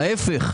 להיפך,